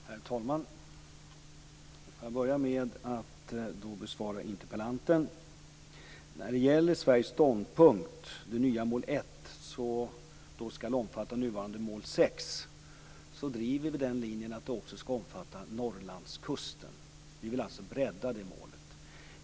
Herr talman! Får jag börja med att besvara interpellantens frågor. När det gäller Sveriges ståndpunkt om det nya mål 1, som skall omfatta nuvarande mål 6, driver vi den linjen att det också skall omfatta Norrlandskusten. Vi vill alltså bredda det målet.